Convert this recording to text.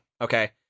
okay